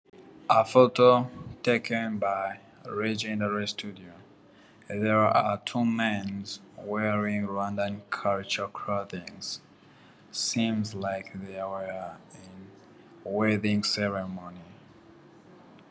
A photo taken by Legendary Studio! There are two men wearing Rwandan Clothings, seems like they were in weeding ceremony